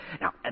Now